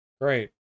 great